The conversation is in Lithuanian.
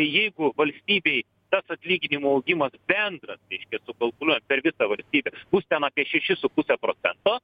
jeigu valstybėj tas atlyginimų augimas bendras reiškia sukalkuliuojam per visą valstybę bus ten apie šešis su puse procento